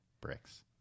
bricks